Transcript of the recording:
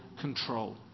control